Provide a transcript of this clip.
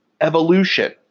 evolution